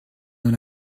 dans